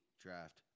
draft